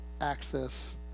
access